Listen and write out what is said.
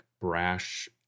brash